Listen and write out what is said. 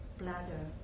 bladder